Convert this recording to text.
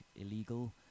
illegal